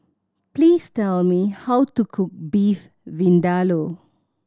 please tell me how to cook Beef Vindaloo